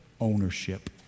ownership